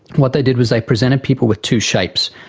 what they did was they presented people with two shapes.